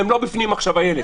הם לא בפנים עכשיו, איילת.